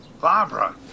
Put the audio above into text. Barbara